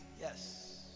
Yes